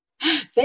Thank